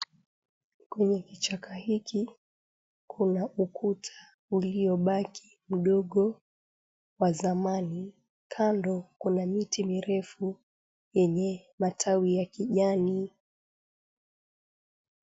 Kwenye kichaka hiki kuna ukuta uliobaki mdogo wa zamani, kando kuna miti mirefu yenye matawi ya kijani.